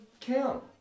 count